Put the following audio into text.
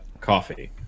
coffee